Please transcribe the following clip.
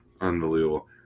Unbelievable